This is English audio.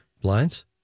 blinds